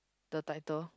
the title